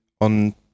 on